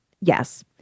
Yes